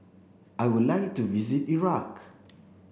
I would like to visit Iraq